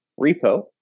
repo